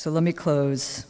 so let me close